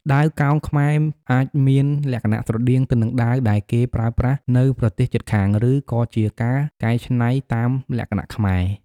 ដាវកោងខ្មែរអាចមានលក្ខណៈស្រដៀងនឹងដាវដែលគេប្រើប្រាស់នៅប្រទេសជិតខាង ឬក៏ជាការកែច្នៃតាមលក្ខណៈខ្មែរ។